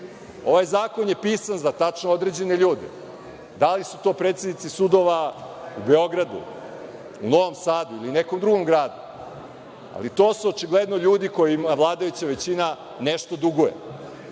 Ovaj zakon je pisan za tačno određene ljude, da li su to predsednici sudova u Beogradu, u Novom Sadu ili nekom drugom gradu, ali to su očigledno ljudi kojima vladajuća većina nešto duguje